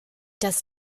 das